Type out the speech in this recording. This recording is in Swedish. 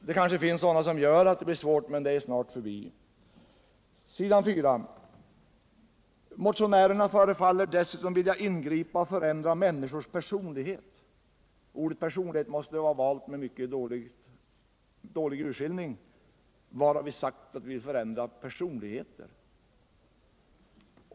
Det kanske ännu finns några svårigheter, men de är snart förbi. På s. 4: ”Motionärerna förefaller dessutom vilja ingripa och förändra människors personlighet.” Ordet personlighet måste vara valt med mycket dålig urskillning. Var har vi sagt att vi vill förändra ”personligheten”?